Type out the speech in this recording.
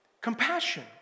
Compassion